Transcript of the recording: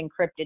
encrypted